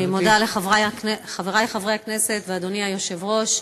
אני מודה לחברי חברי הכנסת, ואדוני היושב-ראש,